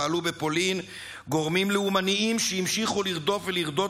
פעלו בפולין גורמים לאומניים שהמשיכו לרדוף ולרדות